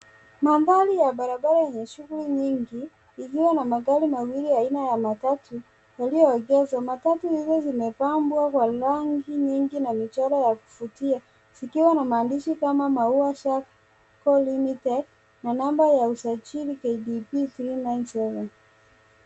Mandhari ya barabara yenye shughuli nyingi iliyo na magari mawili aina ya matatu yaliyoegezwa, matatu hilo zimepambwa kwa rangi nyingi na michoro ya kuvutia.